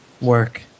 work